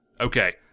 Okay